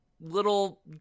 little